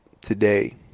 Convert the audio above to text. today